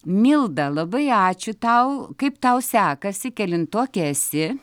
milda labai ačiū tau kaip tau sekasi kelintokė esi